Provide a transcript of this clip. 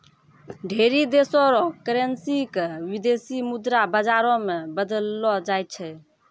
ढेरी देशो र करेन्सी क विदेशी मुद्रा बाजारो मे बदललो जाय छै